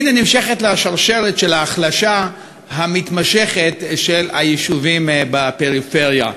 והנה נמשכת לה השרשרת של ההחלשה המתמשכת של היישובים בפריפריה.